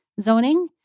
zoning